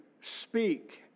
speak